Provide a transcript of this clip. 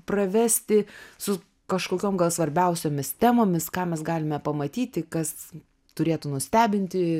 pravesti su kažkokiom gal svarbiausiomis temomis ką mes galime pamatyti kas turėtų nustebinti